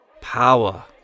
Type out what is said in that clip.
power